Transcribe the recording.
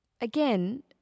again